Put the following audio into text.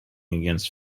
against